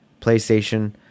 PlayStation